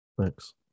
Thanks